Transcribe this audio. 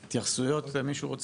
התייחסויות, למישהו?